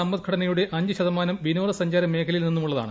സമ്പദ്ഘടനയുടെ ശ്രീലങ്കൻ അഞ്ച് ശതമാനം വിനോദസഞ്ചാരമേഖലയിൽ നിന്നുമുള്ളതാണ്